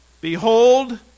Behold